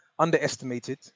underestimated